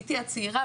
בתי הצעירה,